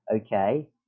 okay